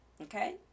okay